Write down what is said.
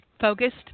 focused